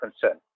concern